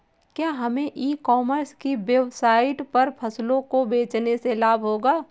क्या हमें e commerce की वेबसाइट पर फसलों को बेचने से लाभ होगा?